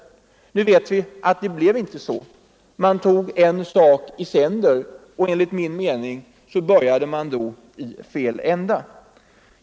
Nu vet vi att det inte blev så. Man tog en sak i sänder, och enligt min mening började man i fel ända.